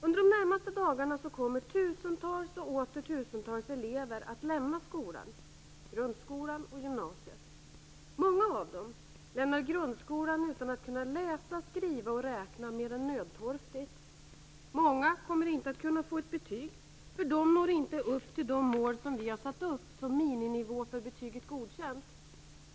Under de närmaste dagarna kommer tusentals och åter tusentals elever att lämna skolan - grundskolan och gymnasiet. Många av dem lämnar grundskolan utan att kunna läsa, skriva och räkna mer än nödtorftigt. Många kommer inte att kunna få ett betyg, för de når inte upp till de mål som vi har satt upp som miniminivå för betyget godkänt.